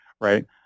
right